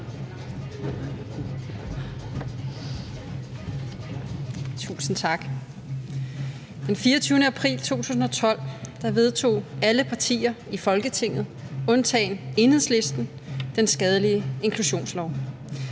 Tusind tak. Den 24. april 2012 vedtog alle partier i Folketinget, undtagen Enhedslisten, den skadelige inklusionslov.